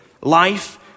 life